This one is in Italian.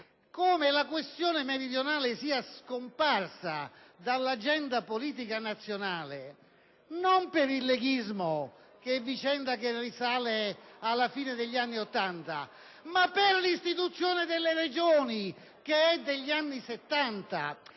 che la questione meridionale è scomparsa dall'agenda politica nazionale non per il leghismo, che è vicenda che risale alla fine degli anni '80, ma per l'istituzione delle Regioni, che è degli anni '70.